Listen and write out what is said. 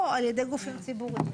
או על ידי גופים ציבוריים.